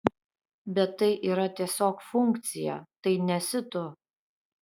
bet tai yra tiesiog funkcija tai nesi tu